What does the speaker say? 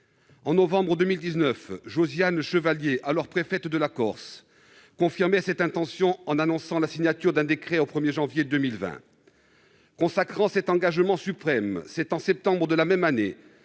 En novembre 2019, Josiane Chevalier, alors préfète de la Corse, confirmait cette intention, en annonçant la signature d'un décret au 1 janvier 2020. Consacrant cet engagement suprême, c'est en septembre de la même année